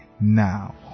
now